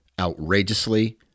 outrageously